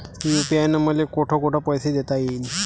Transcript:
UPI न मले कोठ कोठ पैसे देता येईन?